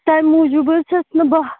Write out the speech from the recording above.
تَمہِ موٗجوٗب حظ چھَس نہٕ باہ